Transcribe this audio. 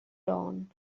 dawn